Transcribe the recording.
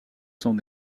sont